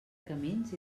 camins